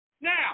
Now